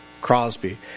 Crosby